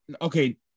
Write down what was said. Okay